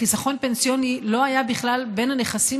חיסכון פנסיוני לא היה בכלל בין הנכסים